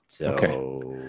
Okay